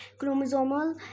chromosomal